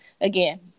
again